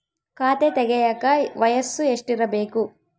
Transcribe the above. ಖಾತೆ ತೆಗೆಯಕ ವಯಸ್ಸು ಎಷ್ಟಿರಬೇಕು?